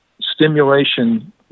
stimulation